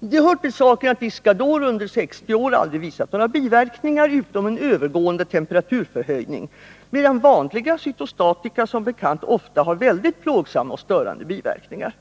Det hör till saken att Iscador under 60 år aldrig har visat sig ha några biverkningar utom en övergående temperaturförhöjning, medan vanliga cytostatika som bekant ofta har mycket plågsamma och störande biverkningar.